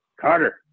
Carter